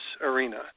arena